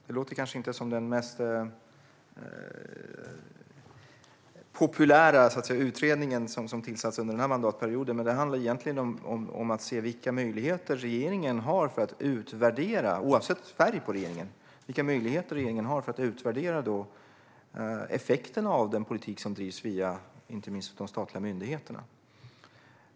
Det låter kanske inte som den mest populära utredning som tillsatts under den här mandatperioden, men det handlar om att se vilka möjligheter regeringen - oavsett färg - har att utvärdera effekterna av den politik som bedrivs, inte minst via de statliga myndigheterna.